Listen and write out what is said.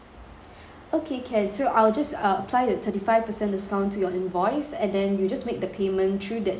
okay can so I will just uh apply that thirty five percent discount to your invoice and then you just make the payment through that D_B_S card